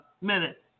minute